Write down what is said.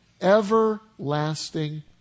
Everlasting